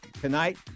tonight